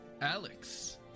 Alex